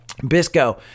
Bisco